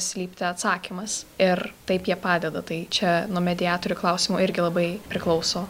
slypti atsakymas ir taip jie padeda tai čia nuo mediatorių klausimo irgi labai priklauso